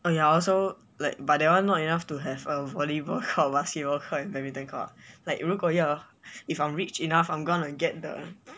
oh ya I also like but that one not enough to have a volleyball court basketball court and badminton court like 如果要 if I'm rich enough I'm gonna get the